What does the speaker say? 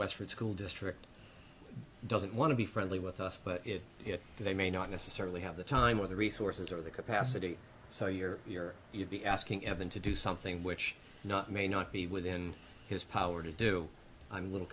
westford school district doesn't want to be friendly with us but if they may not necessarily have the time or the resources or the capacity so you're here you'd be asking evan to do something which not may not be within his power to do i'm a little